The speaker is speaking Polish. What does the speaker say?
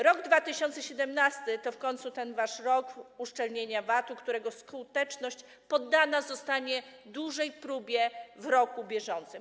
Rok 2017 to w końcu ten wasz rok uszczelnienia VAT-u, którego skuteczność poddana zostanie dużej próbie w roku bieżącym.